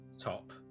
top